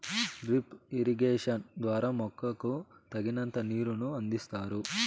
drip irrigation ద్వారా మొక్కకు తగినంత నీరును అందిస్తారు